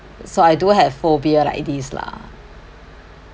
so I do have phobia like these lah